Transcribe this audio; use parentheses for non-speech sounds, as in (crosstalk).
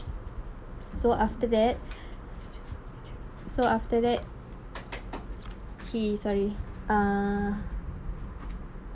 so after that (breath) so after that he sorry err